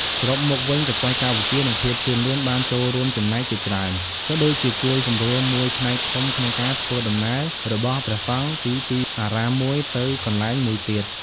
សរុបមកវិញ បច្ចេកវិទ្យា និងភាពជឿនលឿនបានចូលរូមចំណែកជាច្រើន ក៏ដូចជាជួយសម្រួលមួយផ្នែកធំក្នុងការធ្វើដំណើររបស់ព្រះសង្ឃពីទីអារាមមួយទៅកន្លែងមួយទៀត។